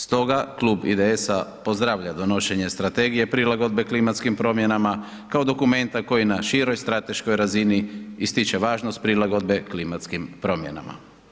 Stoga, Klub IDS-a pozdravlja donošenje Strategije prilagodbe klimatskim promjenama, kao dokumenta koji na široj strateškoj razini ističe važnost prilagodbe klimatskim promjenama.